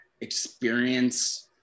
experience